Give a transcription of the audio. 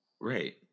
Right